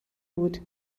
بود